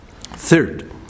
Third